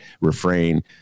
refrain